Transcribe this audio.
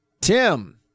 Tim